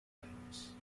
times